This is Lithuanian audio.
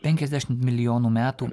penkiasdešimt milijonų metų